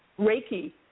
Reiki